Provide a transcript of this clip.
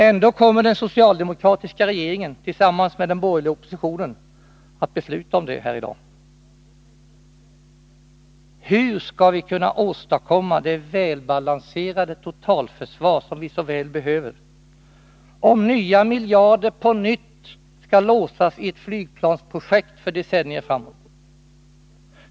Ändå kommer den socialdemokratiska regeringen tillsammans med den borgerliga oppositionen att besluta om detta här i dag. Hur skall vi kunna åstadkomma det välbalanserade totalförsvar som vi så väl behöver, om nya miljarder på nytt skall låsas i ett flygplansprojekt för decennier framåt?